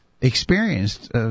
experienced